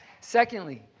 Secondly